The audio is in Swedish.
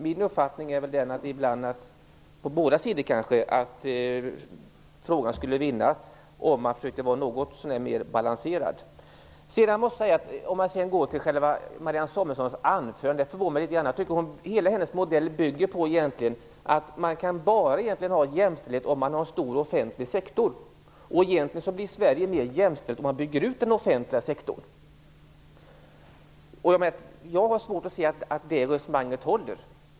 Min uppfattning är att frågan skulle vinna på om man på båda sidor försökte vara mera balanserad. Själva Marianne Samuelssons anförande förvånade mig litet. Jag tycker att hela hennes modell bygger på att man bara kan ha jämställdhet om man har en stor offentlig sektor. Sverige skulle alltså bli mer jämställt om man bygger ut den offentliga sektorn. Jag har svårt att se att det resonemanget håller.